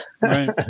right